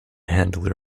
handler